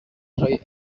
try